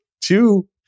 Two